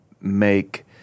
make